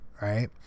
right